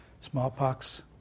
smallpox